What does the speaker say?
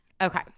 Okay